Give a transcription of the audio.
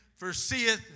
foreseeth